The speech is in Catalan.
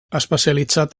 especialitzat